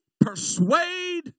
persuade